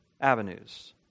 avenues